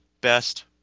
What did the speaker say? best